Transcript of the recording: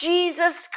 Jesus